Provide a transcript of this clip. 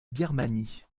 birmanie